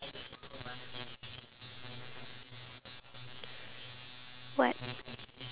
like the thing that I really agree on it is the fact that you increase the price then